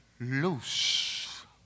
loose